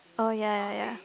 oh ya ya ya